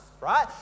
right